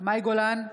מאי גולן,